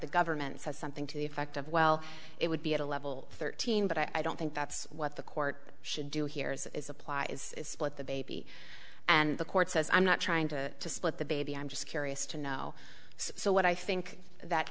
the government says something to the effect of well it would be at a level thirteen but i don't think that's what the court should do here is apply is split the baby and the court says i'm not trying to split the baby i'm just curious to know so what i think that